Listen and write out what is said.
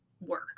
work